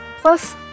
plus